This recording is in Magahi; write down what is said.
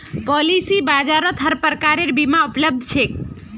पॉलिसी बाजारत हर प्रकारेर बीमा उपलब्ध छेक